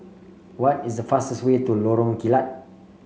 what is the fastest way to Lorong Kilat